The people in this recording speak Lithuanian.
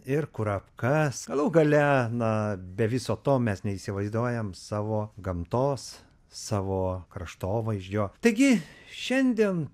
ir kurapkas galų gale na be viso to mes neįsivaizduojam savo gamtos savo kraštovaizdžio taigi šiandien